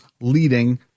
leading